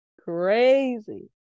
crazy